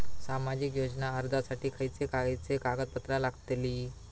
सामाजिक योजना अर्जासाठी खयचे खयचे कागदपत्रा लागतली?